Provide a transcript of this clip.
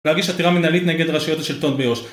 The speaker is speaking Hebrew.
להגיש עתירה מנהלית נגד רשויות השלטון ביו"ש